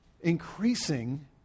increasing